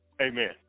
Amen